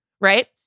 right